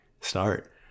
start